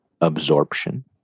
absorption